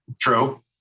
True